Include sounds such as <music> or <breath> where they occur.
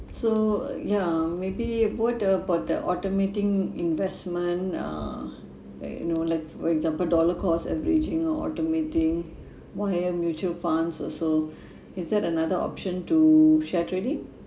so ya maybe what about the automating investment uh <breath> like you know like for example dollar cost averaging automating <breath> more higher mutual funds also <breath> is that another option to share trading